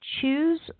choose